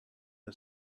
her